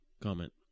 comment